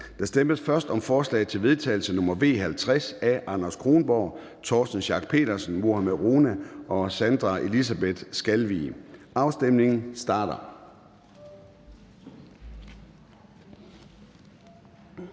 Der stemmes først om forslag til vedtagelse nr. V 50 af Anders Kronborg (S), Torsten Schack Pedersen (V), Mohammad Rona (M) og Sandra Elisabeth Skalvig (LA). Afstemningen starter.